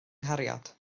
nghariad